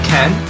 Ken